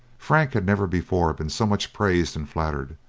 frank had never before been so much praised and flattered,